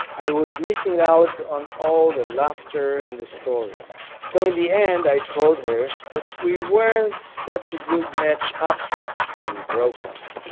i was missing out on all the laughter and the stories. so in the end i told her that we weren't such a good match after all, and we broke up.